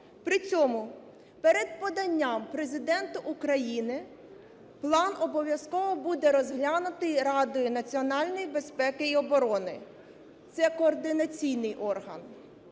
При цьому перед поданням Президента України план обов'язково буде розглянутий Радою національної безпеки і оброни, це координаційний орган.